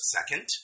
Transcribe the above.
Second